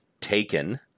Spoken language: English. taken